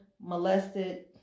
molested